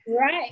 right